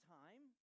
time